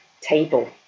table